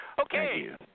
Okay